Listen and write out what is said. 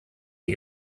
die